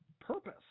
purpose